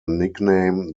nickname